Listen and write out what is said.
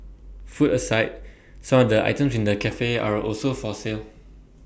food aside some of the items in the Cafe are also for sale